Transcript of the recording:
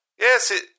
yes